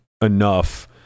enough